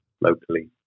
locally